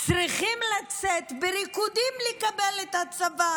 צריכים לצאת בריקודים לקבל את הצבא